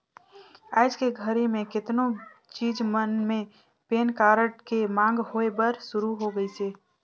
आयज के घरी मे केतनो चीच मन मे पेन कारड के मांग होय बर सुरू हो गइसे